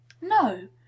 no